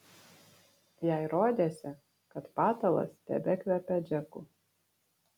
jai rodėsi kad patalas tebekvepia džeku